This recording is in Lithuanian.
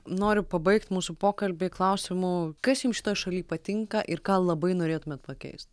noriu pabaigt mūsų pokalbį klausimu kas jums šitoj šaly patinka ir ką labai norėtumėt pakeist